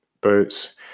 Boats